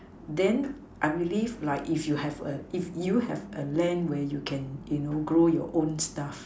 then I believe like if you have a if you have a land where you can you know grow your own stuff